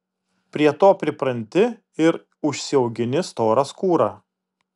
prie to pripranti ir užsiaugini storą skūrą